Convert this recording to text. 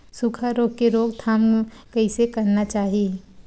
सुखा रोग के रोकथाम कइसे करना चाही?